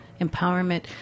empowerment